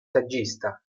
saggista